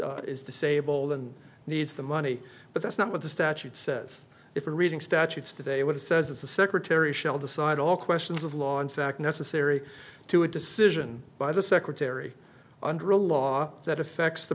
is this able and needs the money but that's not what the statute says if you're reading statutes today what it says is the secretary shall decide all questions of law in fact necessary to a decision by the secretary under a law that affects the